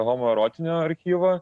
homo erotinio archyvo